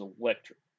electric